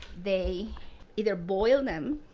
they either boil them